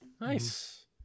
Nice